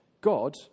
God